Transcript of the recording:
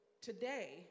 today